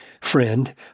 friend